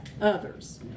others